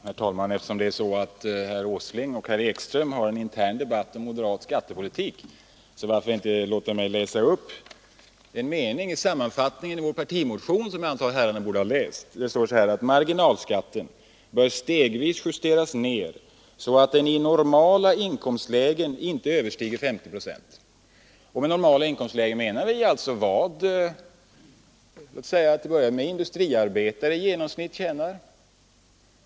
Herr talman! Eftersom herr Åsling och herr Ekström har en intern debatt om moderat skattepolitik, varför inte låta mig läsa upp en mening ur sammanfattningen i vår partimotion som jag antar att herrarna borde ha läst. Det står så här: ”Marginalskatten bör stegvis justeras ned så att den i normala inkomstlägen inte överstiger 50 procent.” Med normala inkomstlägen menar vi exempelvis vad en industriarbetare eller en TCO-medlem i genomsnitt tjänar.